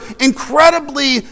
incredibly